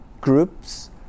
groups